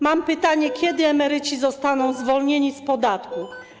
Mam pytanie: Kiedy emeryci zostaną zwolnieni z podatku?